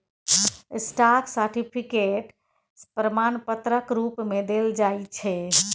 stock certificate प्रमाण पत्रक रुप मे देल जाइ छै